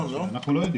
אנחנו לא יודעים.